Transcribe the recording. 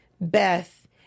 Beth